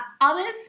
Others